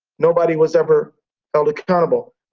nobody was ever held accountable.